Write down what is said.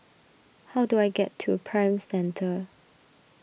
how do I get to Prime Centre